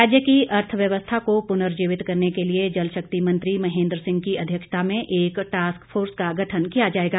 राज्य की अर्थव्यवस्था को पुर्नजीवित करने के लिए जल शक्ति मंत्री महेंद्र सिंह की अध्यक्षता में एक टास्क फोर्स का गठन किया जाएगा